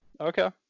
Okay